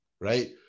right